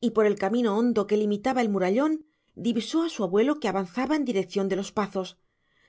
y por el camino hondo que limitaba el murallón divisó a su abuelo que avanzaba en dirección de los pazos